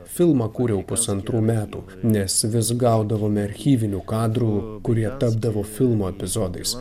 filmą kūriau pusantrų metų nes vis gaudavome archyvinių kadrų kurie tapdavo filmo epizodais